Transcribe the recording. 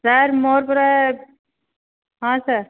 sir ମୋର ପରା ହଁ ସାର୍